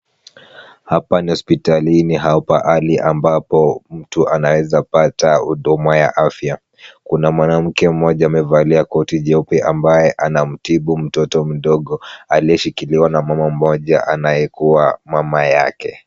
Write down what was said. Hapa ni hospitalini au pahali ambapo mtu anaweza pata huduma ya afya. Kuna mwanamke mmoja amevalia koti jeupe ambaye anamtibu mtoto mdogo aliyeshikiliwa na mama mmoja anayekuwa mama yake.